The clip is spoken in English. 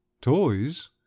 Toys